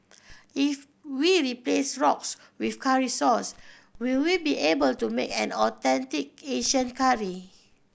if we replace rox with curry sauce will we be able to make an authentic Asian curry